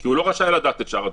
כי הוא לא רשאי לדעת את שאר הדברים,